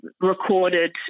recorded